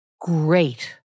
great